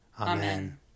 Amen